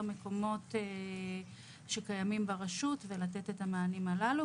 מקומות שקיימים ברשות ולתת את המענים הללו,